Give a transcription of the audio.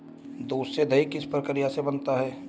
दूध से दही किस प्रक्रिया से बनता है?